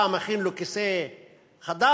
אתה מכין לו כיסא חדש,